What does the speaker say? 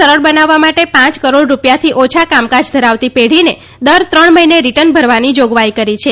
સરળ બનાવવા માટે ાંચ કરોડ રૂલિ થાથી ઓછા કામકાજ ધરાવતી ો ઢીને દર ત્રણ મહિને રિટર્ન ભરવાની જાગવાઈ કરી છે